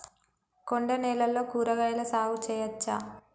కొండ నేలల్లో కూరగాయల సాగు చేయచ్చా?